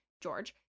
George